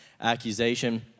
accusation